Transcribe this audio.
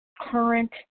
current